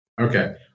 Okay